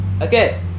Okay